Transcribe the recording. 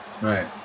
Right